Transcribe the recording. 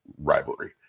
rivalry